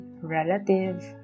relative